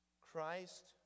Christ